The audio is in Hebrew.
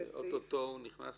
שאוטוטו הוא נכנס